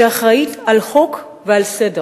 שאחראית לחוק ולסדר,